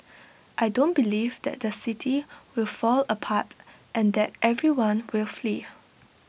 I don't believe that the city will fall apart and that everyone will flee